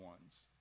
ones